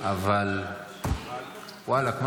אבל ואללה, כמו